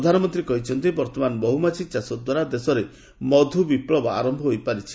ପ୍ରଧାନମନ୍ତ୍ରୀ କହିଛନ୍ତି ବର୍ତ୍ତମାନ ମହୁମାଛି ଚାଷଦ୍ୱାରା ଦେଶରେ ମଧୁ ବିପ୍ଳବ ଆରମ୍ଭ ହୋଇପାରିଛି